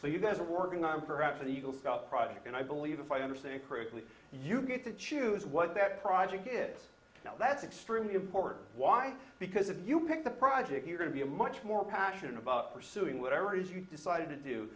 so you guys are working on forever you've got project and i believe if i understand correctly you get to choose what that project gets now that's extremely important why because if you pick the project you're going to be a much more passionate about pursuing whatever it is you decide to do